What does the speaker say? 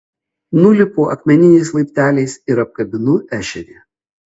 nulipu akmeniniais laipteliais ir apkabinu ešerį